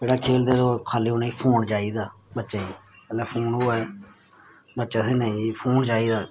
जेह्ड़ा खेलदे निं खल्ली उ'नेंगी फोन चाहिदा बच्चें गी भला फोन होऐ बच्चे असें नेईं जी फोन चाहिदा